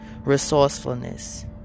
resourcefulness